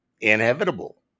inevitable